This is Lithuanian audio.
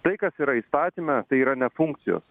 tai kas yra įstatyme tai yra ne funkcijos